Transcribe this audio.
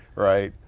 right.